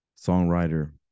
songwriter